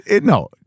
no